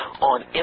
on